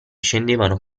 scendevano